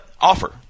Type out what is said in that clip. offer